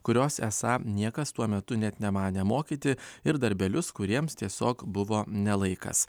kurios esą niekas tuo metu net nemanė mokyti ir darbelius kuriems tiesiog buvo ne laikas